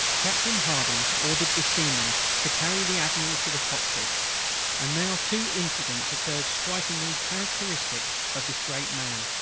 captain hardy ordered the seamen to carry the admiral to the cockpit and now two incidents occurred strikingly characteristic of this great man,